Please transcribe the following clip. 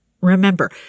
Remember